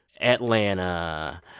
Atlanta